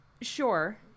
Sure